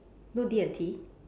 no D&T